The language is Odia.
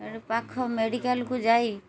ଏଟା ପାଖ ମେଡ଼ିକାଲ୍କୁ ଯାଇ